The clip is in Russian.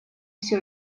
все